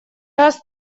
раз